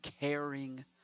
caring